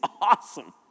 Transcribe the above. awesome